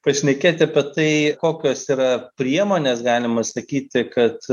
pašnekėti apie tai kokios yra priemonės galima sakyti kad